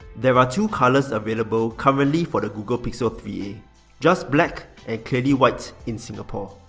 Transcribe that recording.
there are two colors available currently for the google pixel three a just black, and clearly white in singapore.